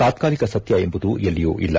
ತಾತಾಲಿಕ ಸತ್ಯ ಎಂಬುದು ಎಲ್ಲಿಯೂ ಇಲ್ಲ